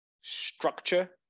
structure